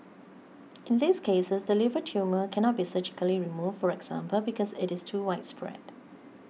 in these cases the liver tumour cannot be surgically removed for example because it is too widespread